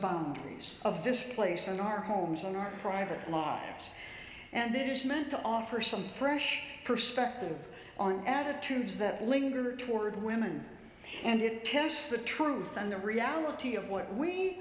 boundaries of this place in our homes in our private lives and it is meant to offer some fresh perspective on attitudes that linger toward women and it tells us the truth and the reality of what we